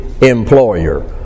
employer